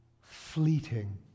fleeting